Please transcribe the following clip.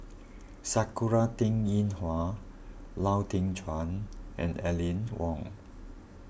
Sakura Teng Ying Hua Lau Teng Chuan and Aline Wong